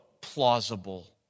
plausible